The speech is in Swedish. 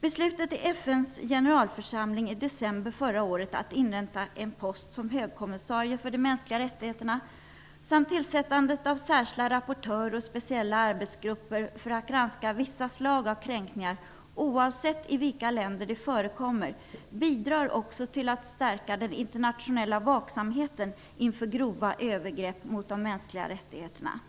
Beslutet i FN:s generalförsamling i december förra året att inrätta en post som högkommissarie för de mänskliga rättigheterna samt tillsättande av särskilda rapportörer och speciella arbetsgrupper för att granska vissa slag av kränkningar oavsett i vilka länder de förekommer, bidrar också till att stärka den internationella vaksamheten inför grova övergrepp mot de mänskliga rättigheterna.